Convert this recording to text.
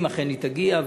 אם אכן היא תגיע.